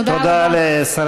תודה רבה.